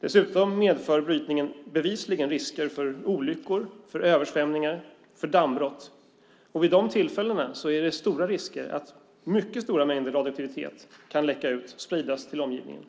Dessutom medför brytningen bevisligen risker för olyckor, översvämningar och dammbrott. Vid de tillfällena är risken stor att mycket stora mängder radioaktivitet kan läcka ut och spridas till omgivningen.